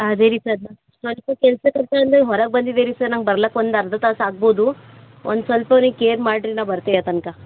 ಅದೇ ರೀ ಸರ್ ಸ್ವಲ್ಪ ಕೆಲಸ ಅಂತಂದು ಹೊರಗೆ ಬಂದಿದ್ದೀರಿ ಸರ್ ನಂಗೆ ಬರ್ಲಕ್ಕ ಒಂದು ಅರ್ಧ ತಾಸು ಆಗ್ಬೋದು ಒಂದು ಸ್ವಲ್ಪ ಅವ್ನಿಗೆ ಕೇರ್ ಮಾಡಿರಿ ನಾ ಬರ್ತೇಯ ತನಕ